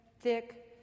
thick